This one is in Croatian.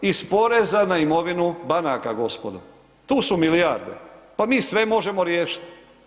Iz poreza na imovinu banaka gospodo, tu su milijarde, pa mi sve možemo riješit.